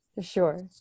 Sure